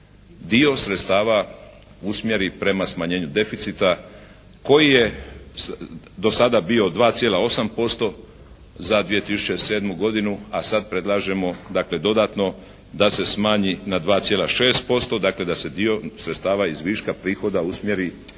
dio sredstava usmjeri prema smanjenju deficita koji je dosada bio 2,8% za 2007. godinu, a sad predlažemo dakle dodatno da se smanji na 2,6% dakle da se dio sredstava iz viška prihoda usmjeri